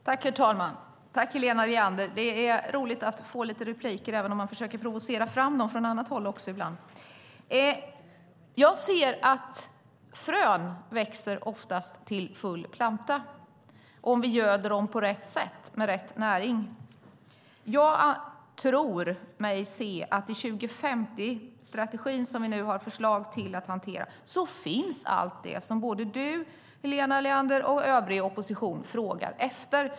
Herr talman! Helena Leander! Det är roligt att få lite repliker även om man försöker provocera fram dem från annat håll också ibland. Jag ser att frön oftast växer till plantor om vi göder dem på rätt sätt med rätt näring. Jag tror mig se att i 2050-strategin, som vi nu har förslag till att hantera, finns allt det som både du, Helena Leander, och övriga i oppositionen frågar efter.